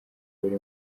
buri